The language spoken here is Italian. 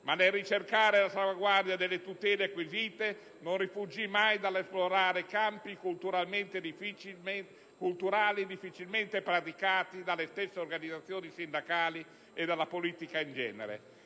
Nel ricercare però la salvaguardia delle tutele acquisite, non rifuggì mai dall'esplorare campi culturali difficilmente praticati dalle stesse organizzazioni sindacali e dalla politica in generale.